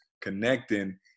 connecting